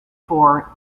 for